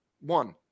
one